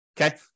Okay